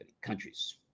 countries